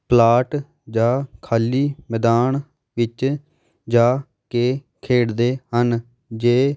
plot ਜਾਂ ਖਾਲੀ ਮੈਦਾਨ ਵਿੱਚ ਜਾ ਕੇ ਖੇਡਦੇ ਹਨ ਜੇ